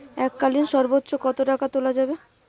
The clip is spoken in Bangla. এককালীন সর্বোচ্চ কত টাকা তোলা যাবে?